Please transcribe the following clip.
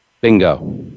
Bingo